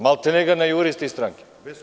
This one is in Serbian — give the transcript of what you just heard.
Maltene ga najuriste iz stranke.